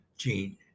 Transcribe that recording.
gene